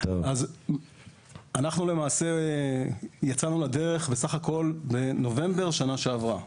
אנחנו למעשה יצאנו לדרך בנובמבר שנה שעברה.